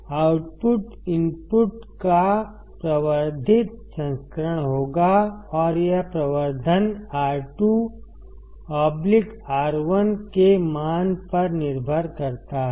output input का प्रवर्धित संस्करण होगा और यह प्रवर्धन R2 R1 के मान पर निर्भर करता है